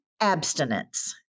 abstinence